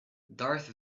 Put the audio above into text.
darth